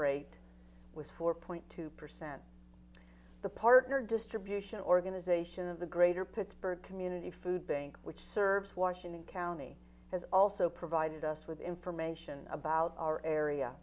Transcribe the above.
rate was four point two percent the partner distribution organization of the greater picture community food bank which serves washington county has also provided us with information about our area